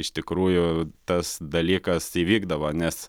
iš tikrųjų tas dalykas įvykdavo nes